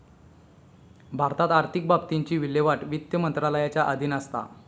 भारतात आर्थिक बाबतींची विल्हेवाट वित्त मंत्रालयाच्या अधीन असता